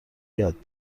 یاد